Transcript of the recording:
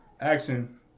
action